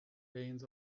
lanes